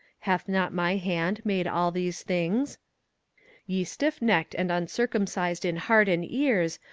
hath not my hand made all these things ye stiffnecked and uncircumcised in heart and ears,